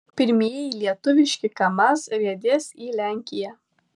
pirmieji lietuviški kamaz riedės į lenkiją